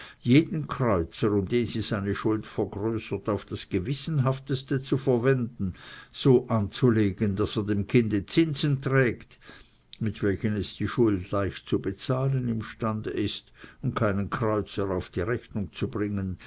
jeden kreuzer um den sie dessen schuld vergrößert auf das gewissenhafteste zu verwenden so anzulegen daß er dem kinde zinsen trägt mit welchen es die schuld leicht zu bezahlen imstande ist und keinen kreuzer auf rechnung zu bringen